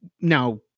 now